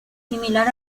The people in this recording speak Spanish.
similar